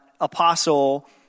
apostle